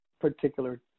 particular